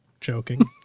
joking